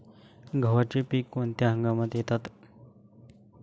गव्हाचे पीक कोणत्या हंगामात घेतात?